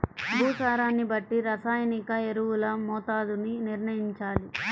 భూసారాన్ని బట్టి రసాయనిక ఎరువుల మోతాదుని నిర్ణయంచాలి